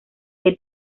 que